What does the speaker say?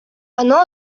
оно